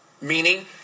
Meaning